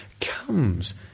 comes